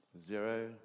Zero